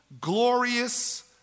glorious